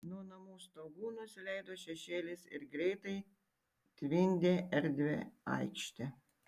nuo namų stogų nusileido šešėlis ir greitai tvindė erdvią aikštę